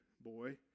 boy